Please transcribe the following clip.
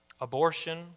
abortion